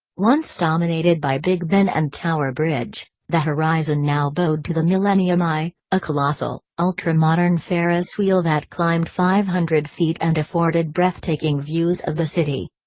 once dominated by big ben and tower bridge, the horizon now bowed to the millennium eye a colossal, ultramodern ferris wheel that climbed five hundred feet and afforded breathtaking views of the city.